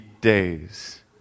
days